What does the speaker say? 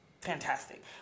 fantastic